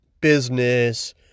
business